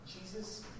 Jesus